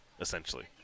essentially